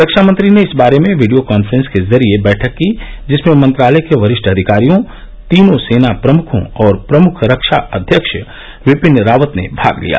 रक्षामंत्री ने इस बारे में वीडियो कॉन्फ्रेंस के जरिए बैठक की जिसमें मंत्रालय के वरिष्ठ अधिकारियों तीनों सेना प्रमुखों और प्रमुख रक्षा अध्यक्ष विपिन रावत ने भाग लिया